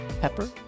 pepper